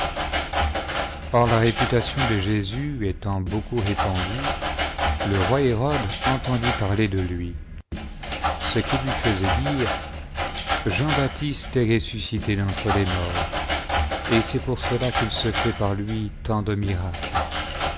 la réputation de jésus s'étant beaucoup répandue le roi hérode entendit parler de lui ce qui lui faisait dire jean-baptiste est ressuscité d'en ti e les morts et c'est pour cela qu'il se fait par lui tant de miracles